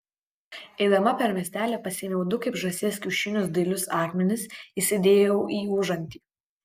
eidama per miestelį pasiėmiau du kaip žąsies kiaušinius dailius akmenis įsidėjau į užantį